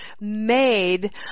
made